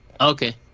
Okay